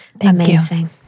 Amazing